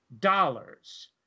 dollars